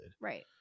Right